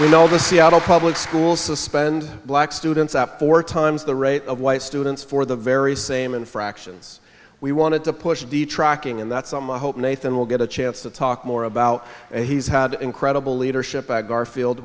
we know the seattle public schools suspend black students up four times the rate of white students for the very same infractions we wanted to push the tracking and that's on my hope nathan will get a chance to talk more about he's had incredible leadership by garfield